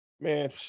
Man